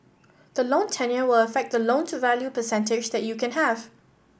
the loan tenure will affect the loan to value percentage that you can have